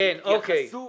הציונות החדשה.